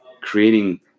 creating